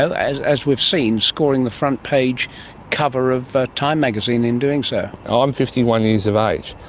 ah as as we've seen, scoring the front page cover of time magazine in doing so? i'm fifty one years of age,